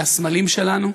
אלה הסמלים שלנו,